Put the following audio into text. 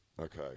Okay